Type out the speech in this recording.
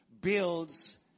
builds